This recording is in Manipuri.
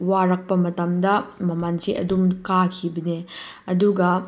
ꯋꯥꯔꯛꯄ ꯃꯇꯝꯗ ꯃꯃꯜꯁꯤ ꯑꯗꯨꯝ ꯀꯥꯈꯤꯕꯅꯦ ꯑꯗꯨꯒ